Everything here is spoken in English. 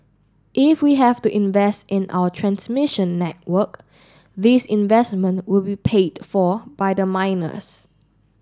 if we have to invest in our transmission network these investment will be paid for by the miners